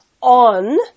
on